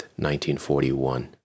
1941